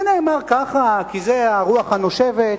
זה נאמר ככה כי זו הרוח הנושבת.